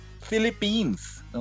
Philippines